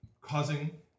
causing